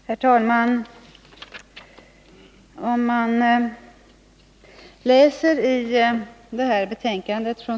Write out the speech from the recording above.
Herr talman!